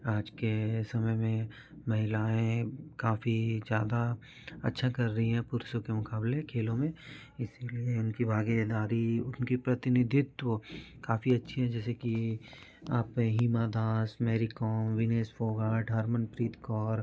आज के समय में महिलाएँ काफी ज़्यादा अच्छा कर रही हैं पुरुषों के मुक़ाबले खेलों में इसलिए उनकी भागीदारी उनका प्रतिनिधित्व काफी अच्छा है जैसे कि आप हेमा दास मैरी कोम विनेश फोगाट हरमनप्रीत कौर